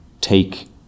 take